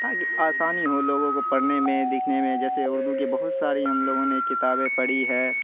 تاکہ آسانی ہو لوگوں کو پڑھنے میں لکھنے میں جیسے اردو کے بہت ساری ہم لوگوں نے کتابیں پڑھی ہیں